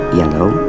yellow